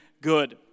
good